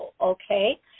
okay